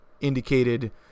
indicated